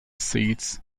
seeds